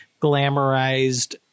glamorized